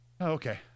okay